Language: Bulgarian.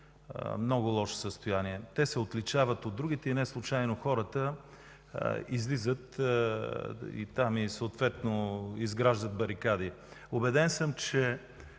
лошо състояние. Те са отличават от другите и неслучайно хората излизат и съответно изграждат барикади. Убеден съм, че